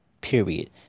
period